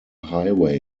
highway